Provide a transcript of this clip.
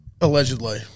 Allegedly